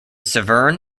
severn